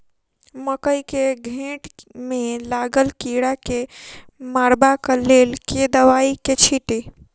मकई केँ घेँट मे लागल कीड़ा केँ मारबाक लेल केँ दवाई केँ छीटि?